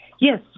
Yes